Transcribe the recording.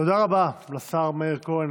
תודה רבה לשר מאיר כהן,